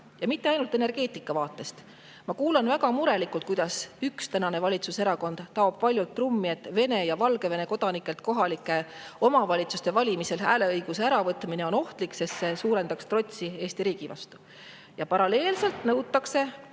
Ja mitte ainult energeetika vaatest. Ma kuulan väga murelikult, kuidas üks praegune valitsuserakonda taob valjult trummi, öeldes, et Venemaa ja Valgevene kodanikelt kohalike omavalitsuste valimisel hääleõiguse äravõtmine on ohtlik, sest see suurendaks trotsi Eesti riigi vastu. Paralleelselt nõutakse